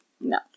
no